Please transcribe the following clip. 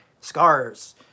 scars